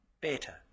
better